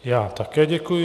Já také děkuji.